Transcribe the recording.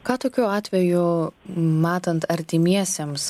ką tokiu atveju matant artimiesiems